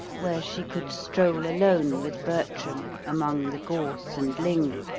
where she could stroll alone with bertram among the gorse and ling,